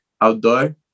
outdoor